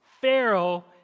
Pharaoh